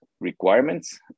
requirements